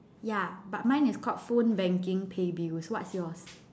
ya but mine is called phone banking pay bills what's yours